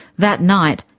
that night,